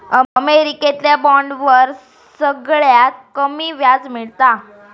अमेरिकेतल्या बॉन्डवर सगळ्यात कमी व्याज मिळता